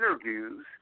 interviews